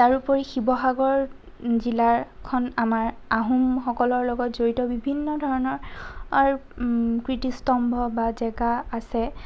তাৰ উপৰি শিৱসাগৰ জিলাখন আমাৰ আহোমসকলৰ লগত জড়িত বিভিন্ন ধৰণৰ কীৰ্তিস্তম্ভ বা জেগা আছে